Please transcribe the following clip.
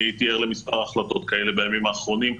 הייתי ער למספר החלטות כאלה בימים האחרונים.